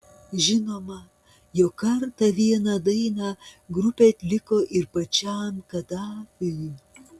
žinoma jog kartą vieną dainą grupė atliko ir pačiam kadafiui